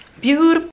Beautiful